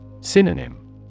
Synonym